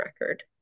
record